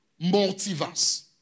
multiverse